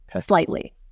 slightly